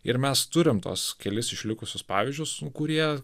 ir mes turim tuos kelis išlikusius pavyzdžius kurie